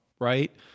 right